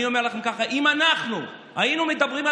אני אומר לכם ככה: אם אנחנו היינו מדברים על